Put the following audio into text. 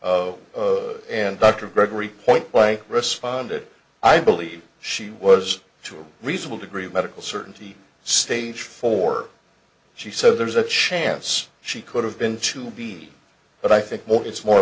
of and dr gregory point why i responded i believe she was to a reasonable degree of medical certainty stage four she said there was a chance she could have been to be but i think it's more